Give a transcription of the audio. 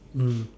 mm